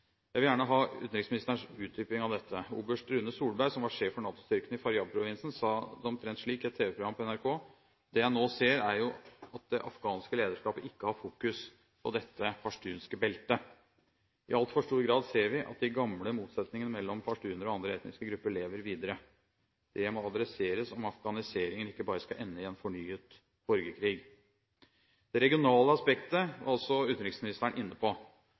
Jeg vil gjerne ha utenriksministerens utdypning av dette. Oberst Rune Solberg, som var sjef for NATO-styrkene i Faryab-provinsen, sa det omtrent slik i et tv-program på NRK: Det jeg nå ser, er jo at det afghanske lederskapet ikke har fokus på dette pashtunske beltet. I altfor stor grad ser vi at de gamle motsetninger mellom pashtunere og andre etniske grupper lever videre. Det må adresseres om afghaniseringen ikke bare skal ende i en fornyet borgerkrig. Det regionale aspektet var også utenriksministeren inne på.